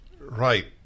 Right